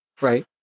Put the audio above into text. right